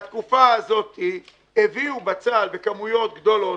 בתקופה הזאת הביאו בצל בכמויות גדולות,